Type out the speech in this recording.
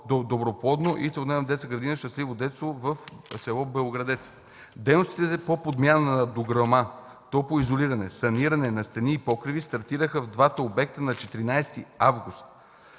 Доброплодно, и Целодневна детска градина „Щастливо детство” в с. Белоградец. Дейностите по подмяна на дограма, топлоизолиране – саниране на стени и покриви, стартираха в двата обекта на 14 август